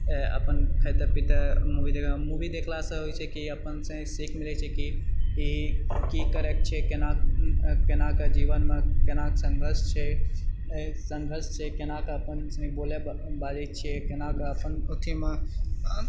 अपन खाइते पीते मूवी देखए मूवी देखलासँ होइछेै कि अपनसानिके सीख मिलैछै कि ई कि करैके छै केना केनाके जीवनमे केना संघर्ष छै अहि संघर्ष छै केनाके अपन बोलय बाजै छिए केनाके अपन ओथिमे